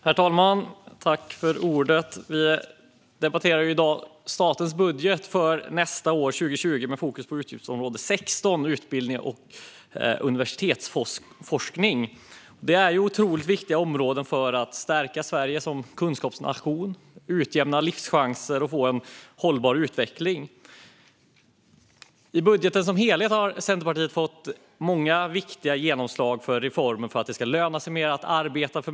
Herr talman! Vi debatterar i dag statens budget för nästa år, 2020, med fokus på utgiftsområde 16, Utbildning och universitetsforskning. Det är otroligt viktiga områden för att stärka Sverige som kunskapsnation, utjämna livschanser och få en hållbar utveckling. I budgeten som helhet har Centerpartiet fått genomslag för många viktiga reformer för att det ska löna sig mer för människor att arbeta mer.